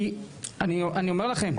כי אני אומר לכם,